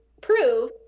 prove